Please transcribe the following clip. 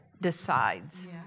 decides